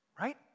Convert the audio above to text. right